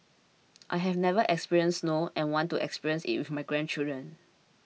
I have never experienced snow and want to experience it with my grandchildren